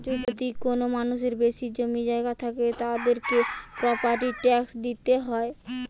যদি কোনো মানুষের বেশি জমি জায়গা থাকে, তাদেরকে প্রপার্টি ট্যাক্স দিইতে হয়